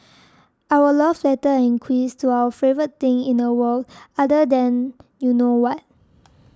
our love letter and quiz to our favourite thing in the world other than you know what